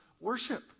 worship